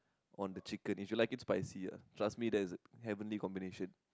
on the chicken if you like it spicy ah trust me that's a heavenly combination